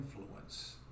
influence